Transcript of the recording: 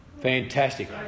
Fantastic